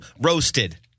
Roasted